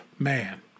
Man